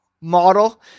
model